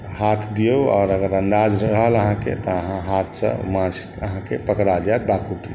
हाथ दिऔ आओर अगर अन्दाज रहल अहाँके तऽअहाँ हाथसँ माँछ अहाँके पकड़ा जाएत बाकुटमे